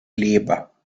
leber